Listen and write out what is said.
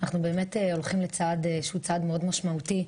אנחנו באמת הולכים לצעד שהוא צעד מאוד משמעותי,